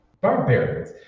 Barbarians